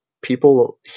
People